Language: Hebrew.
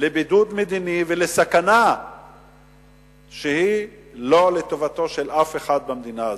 לבידוד מדיני ולסכנה שהיא לא לטובתו של אף אחד במדינה הזאת.